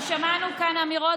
חברת הכנסת קטי שטרית,